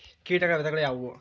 ಕೇಟಗಳ ವಿಧಗಳು ಯಾವುವು?